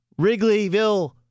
Wrigleyville